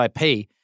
IP